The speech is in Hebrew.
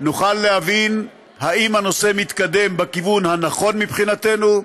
נוכל להבין אם הנושא מתקדם בכיוון הנכון מבחינתנו,